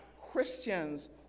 Christians